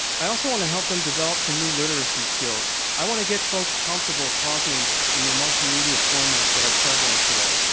i also want to help them develop some new literacy skills. i want to get folks comfortable talking in the multi-media formats that are prevalent today.